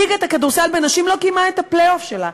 ליגת הכדורסל בנשים לא קיימה את הפלייאוף שלה.